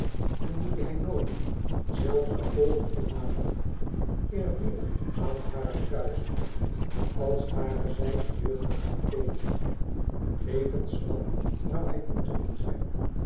en die hij nooit zelfs zoû pogen te naderen eerbiedig aan hare kuischheid als ware zij een jeugdige athena levenslang zoû hij boeteling zijn